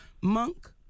monk